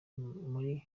monaco